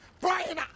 Brian